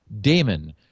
Damon